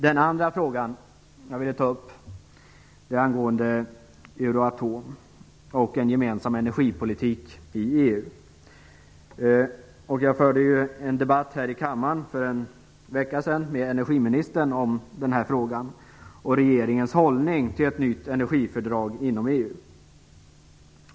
Den andra fråga som jag ville ta upp handlar om Euratom och gemensam energipolitik i EU. Jag förde en debatt här i kammaren för en vecka sedan med energiministern om denna fråga och om regeringens hållning till ett nytt energifördrag inom EU.